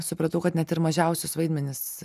supratau kad net ir mažiausius vaidmenis